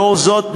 לאור זאת,